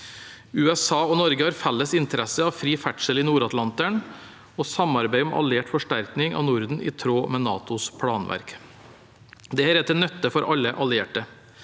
USA og Norge har felles interesse av fri ferdsel i Nord-Atlanteren og av samarbeidet om alliert forsterkning av Norden, i tråd med NATOs planverk. Dette er til nytte for alle allierte.